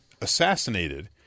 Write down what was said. assassinated